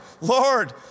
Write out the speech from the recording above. Lord